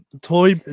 toy